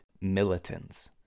militants